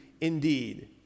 indeed